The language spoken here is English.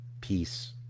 peace